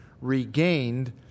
regained